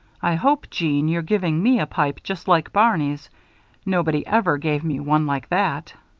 i hope, jeanne, you're giving me a pipe just like barney's nobody ever gave me one like that.